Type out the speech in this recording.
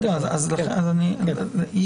היא